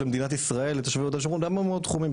מדינת ישראל לתושבי יהודה ושומרון בהרבה מאוד תחומים,